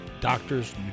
doctors